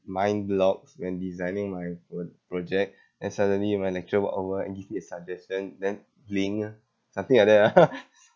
mind blocks when designing my pro~ project then suddenly my lecturer walk over and give me a suggestion then bling ah something like that ah